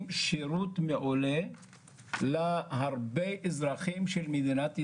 שירות מעולה להרבה אזרחים של מדינת ישראל,